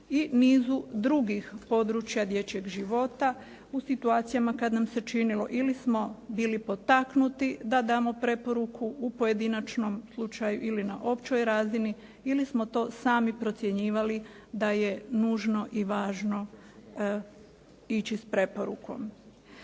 i nizu drugih područja dječjeg života u situacijama kada nam se činilo ili smo bili potaknuti da damo preporuku u pojedinačnom slučaju ili na općoj razini ili smo to sami procjenjivali da je nužno i važno ići sa preporukom.